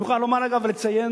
אני מוכרח לומר, אגב, ולציין,